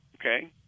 okay